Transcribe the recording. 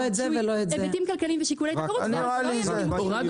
היבטים כלכליים ושיקולי תחרות --- תזכרו